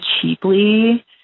cheaply